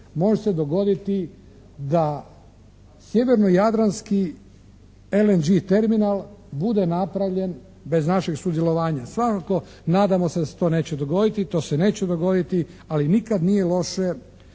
može se dogoditi da sjevernojadranski «LNG» terminal bude napravljen bez našeg sudjelovanja. Svakako nadamo se da se to neće dogoditi. To se neće dogoditi ali nikad nije loše